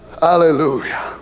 Hallelujah